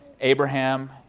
Abraham